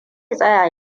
tsaya